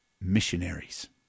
missionaries